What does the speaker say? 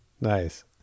Nice